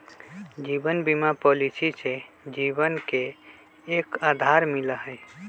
जीवन बीमा पॉलिसी से जीवन के एक आधार मिला हई